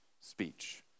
speech